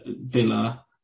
Villa